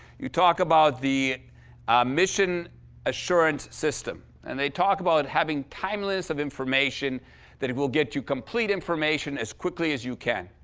you talk about the mission assurance system. and they talk about having timeliness of information that it will get you complete information as quickly as you can.